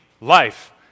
life